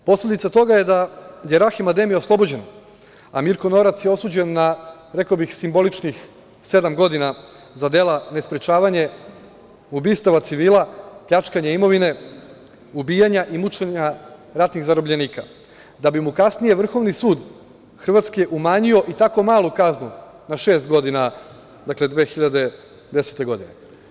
Posledica toga je da je Rahim Ademi oslobođen, a Mirko Norac je osuđen na, rekao bih, simboličnih sedam godina za dela nesprečavanja ubistava civila, pljačkanje imovine, ubijanja i mučenja ratnih zarobljenika, da bi mu kasnije Vrhovni sud Hrvatske umanjio i tako malu kaznu na šest godina, dakle, 2010. godine.